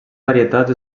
varietats